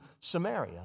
Samaria